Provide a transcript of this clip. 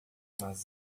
mas